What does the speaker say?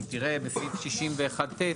בסעיף 61ט,